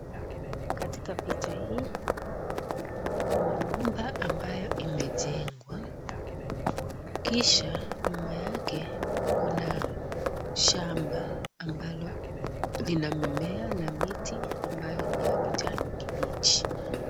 Katika picha hii kuna nyumba ambayo imejengwa kisha nyuma yake kuna shamba ambalo lina mimea na miti ambayo ni ya kijani kibichi.